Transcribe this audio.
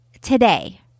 today